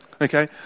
Okay